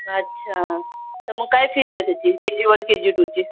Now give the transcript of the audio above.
अच्छा तर मग काय फीज आहे त्याची K G one K G टूची